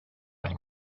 and